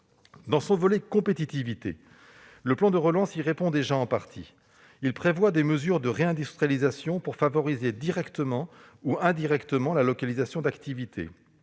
Dans son volet compétitivité, le plan de relance répond déjà en partie à ces défis. Il prévoit des mesures de réindustrialisation susceptibles de favoriser directement ou indirectement la relocalisation d'activités.